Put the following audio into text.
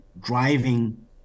driving